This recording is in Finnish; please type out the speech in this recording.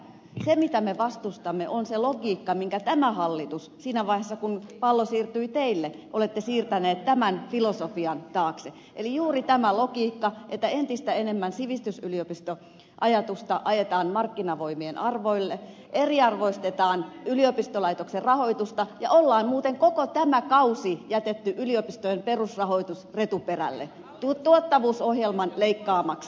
se mitä me vastustamme on se logiikka minkä tämä hallitus siinä vaiheessa kun pallo siirtyi teille on siirtänyt tämän filosofian taakse eli juuri tämä logiikka että entistä enemmän sivistysyliopistoajatusta ajetaan markkinavoimien armoille eriarvoistetaan yliopistolaitoksen rahoitusta ja on muuten koko tämä kausi jätetty yliopistojen perusrahoitus retuperälle tuottavuusohjelman leikkaamaksi